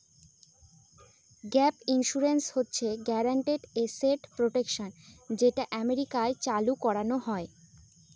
gap insurance হচ্ছে guaranteed asset protection যেটা আমেরিকায় চালু করানো হয়